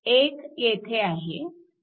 एक येथे आहे